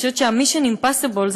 אני חושבת שה-Mission Impossible זה